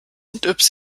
und